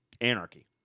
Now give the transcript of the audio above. anarchy